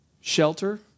shelter